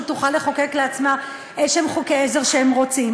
תוכל לחוקק לעצמה איזה חוקי עזר שהיא רוצה.